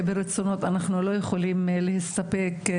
אני לא יכולה שלא להזכיר את המנוח,